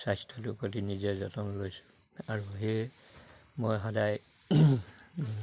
স্বাস্থ্যটোৰ প্ৰতি নিজে যতন লৈছোঁ আৰু সেয়ে মই সদায়